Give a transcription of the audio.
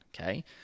okay